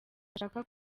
ashaka